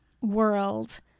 world